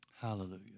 Hallelujah